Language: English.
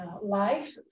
life